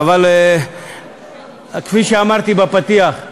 כפי שאמרתי בפתיח,